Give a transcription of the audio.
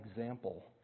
example